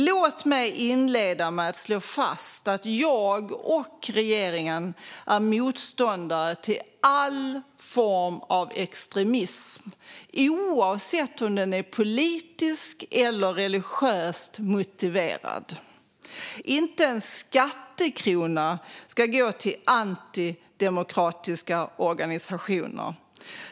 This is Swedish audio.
Låt mig inleda med att slå fast att jag och regeringen är motståndare till all form av extremism, oavsett om den är politiskt eller religiöst motiverad. Inte en skattekrona ska gå till antidemokratiska organisationer.